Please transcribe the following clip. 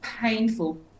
painful